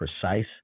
precise